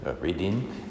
reading